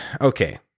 okay